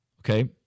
okay